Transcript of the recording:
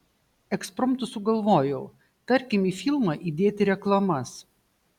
ekspromtu sugalvojau tarkim į filmą įdėti reklamas